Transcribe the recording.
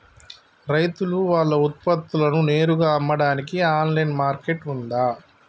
రైతులు వాళ్ల ఉత్పత్తులను నేరుగా అమ్మడానికి ఆన్లైన్ మార్కెట్ ఉందా?